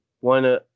one